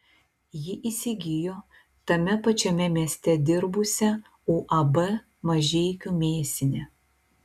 ji įsigijo tame pačiame mieste dirbusią uab mažeikių mėsinę